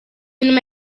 bintu